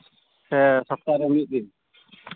ᱥᱮ ᱥᱚᱯᱛᱟᱦᱚᱨᱮ ᱢᱤᱫ ᱫᱤᱱ